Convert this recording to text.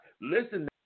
listen